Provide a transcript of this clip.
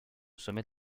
sommet